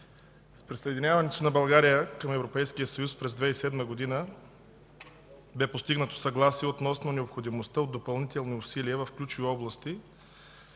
присъединяването на България към Европейския съюз през 2007 г. бе постигнато съгласие относно необходимостта от допълнителни усилия в ключови области,